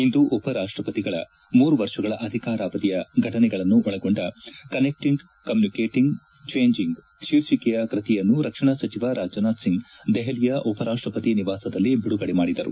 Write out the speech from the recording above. ಇಂದು ಉಪ ರಾಷ್ವಪತಿಗಳ ಮೂರು ವರ್ಷಗಳ ಅಧಿಕಾರಾವಧಿಯ ಘಟನೆಗಳನ್ನು ಒಳಗೊಂಡ ಕನೆಕ್ಟಿಂಗ್ ಕಮ್ಯೂನಿಕೇಟಿಂಗ್ ಚೇಂಜಿಂಗ್ ಶೀರ್ಷಿಕೆಯ ಕೃತಿಯನ್ನು ರಕ್ಷಣಾ ಸಚಿವ ರಾಜನಾಥ್ ಸಿಂಗ್ ದೆಹಲಿಯ ಉಪರಾಷ್ಷಪತಿ ನಿವಾಸದಲ್ಲಿ ಬಿಡುಗಡೆ ಮಾಡಿದರು